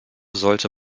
sollte